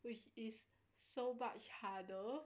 which is so much harder